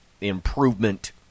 improvement